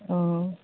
অঁ